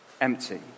empty